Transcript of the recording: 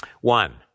One